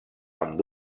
amb